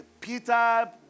Peter